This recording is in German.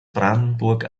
brandenburg